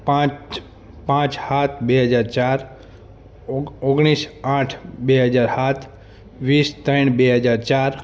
પાંચ પાંચ સાત બે હજાર ચાર ઓગ ઓગણીસ આઠ બે હજાર સાત વીસ ત્રણ બે હજાર ચાર